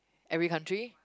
every country